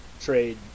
trade